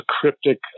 cryptic